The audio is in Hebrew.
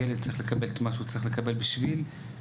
ילד צריך לקבל את מה שהוא צריך לקבל בשביל שהוא